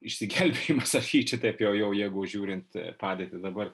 išsigelbėjimas aš jį čia taip jau jau jeigu žiūrint padėtį dabar